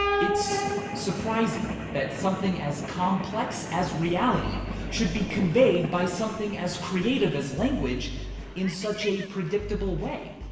it's surprising that something as complex as reality should be conveyed by something as creative as language in such a predictable way.